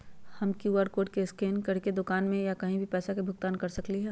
हम QR code scan करके दुकान में या कहीं भी पैसा के भुगतान कर सकली ह?